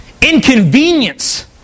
inconvenience